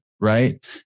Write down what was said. right